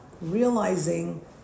realizing